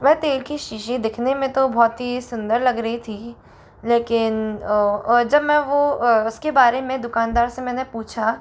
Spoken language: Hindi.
वह तेल कि शीशी दिखने में तो बहुत ही सुंदर लग रही थी लेकिन जब मैं वो उसके बारे में दुकानदार से मैंने पूछा